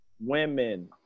women